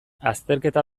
azterketa